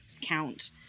count